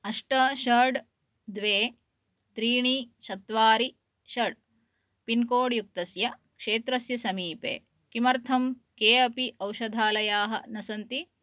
अष्ट षट् द्वे त्रीणि चत्वारि षट् पिन्कोड् युक्तस्य क्षेत्रस्य समीपे किमर्थं के अपि औषधालयाः न सन्ति